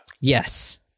Yes